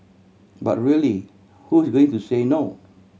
but really who is going to say no